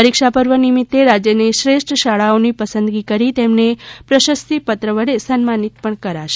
પરીક્ષા પર્વ નિમિત્તે રાજ્યની શ્રેષ્ઠ શાળાઓની પસંદગી કરીને તેમને પ્રશસ્તિ પત્ર વડે સન્માનિત પણ કરાશે